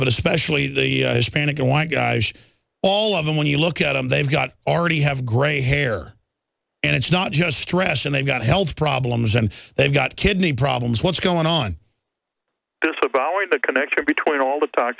but especially the hispanic and white guys all of them when you look at them they've got already have gray hair and it's not just stress and they've got health problems and they've got kidney problems what's going on the brow and the connection between all the time